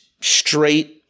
straight